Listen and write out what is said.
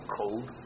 cold